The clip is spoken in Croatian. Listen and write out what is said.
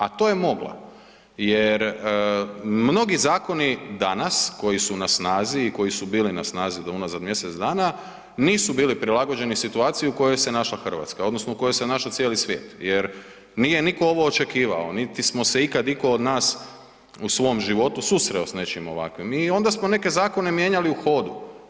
A to je mogla jer mnogi zakoni danas koji su na snazi i koji si bili na snazi do unazad mjesec dana, nisu bili prilagođeni situaciji u kojoj se našla Hrvatska, odnosno u kojoj se našao cijeli svijet jer nije nitko ovo očekivao niti smo se ikad itko od nas u svom životu susreo s nečim ovakvim i onda smo neke zakone mijenjali u hodu.